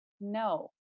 no